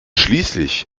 schließlich